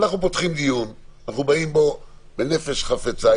אנחנו פותחים דיון, אנחנו באים בנפש חפצה.